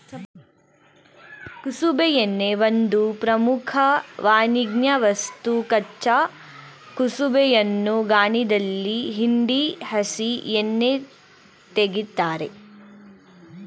ಕುಸುಬೆ ಎಣ್ಣೆ ಒಂದು ಪ್ರಮುಖ ವಾಣಿಜ್ಯವಸ್ತು ಕಚ್ಚಾ ಕುಸುಬೆಯನ್ನು ಗಾಣದಲ್ಲಿ ಹಿಂಡಿ ಹಸಿ ಎಣ್ಣೆ ತೆಗಿತಾರೆ